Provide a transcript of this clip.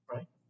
Right